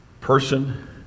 person